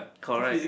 correct